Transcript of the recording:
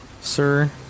sir